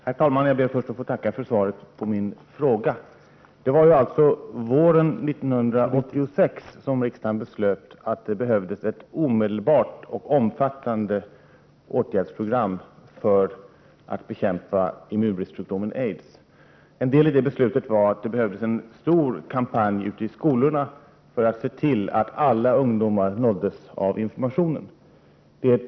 Herr talman! Jag ber att få tacka för svaret på min fråga. Det var våren 1986 som riksdagen beslöt att det omedelbart behövdes ett omfattande åtgärdsprogram för att bekämpa immunbristsjukdomen aids. I beslutet sades det bl.a. att en stor kampanj behövdes ute i skolorna för att alla ungdomar skulle nås av informationen.